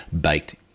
baked